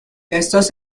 estos